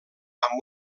amb